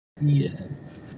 yes